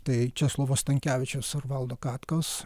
tai česlovo stankevičiaus ar valdo katkaus